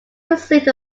received